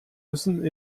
müssen